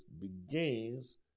begins